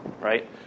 right